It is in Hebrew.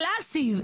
קלאסי.